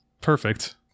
Perfect